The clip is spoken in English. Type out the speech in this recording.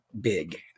big